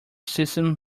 system